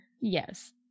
Yes